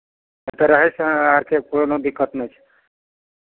एतय रहय स् आरके कोनो दिक्कत नहि छै